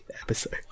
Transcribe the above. episode